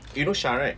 you know sya right